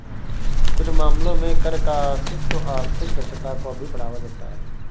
कुछ मामलों में कर का अस्तित्व आर्थिक दक्षता को भी बढ़ावा देता है